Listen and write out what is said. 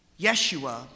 Yeshua